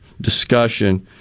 discussion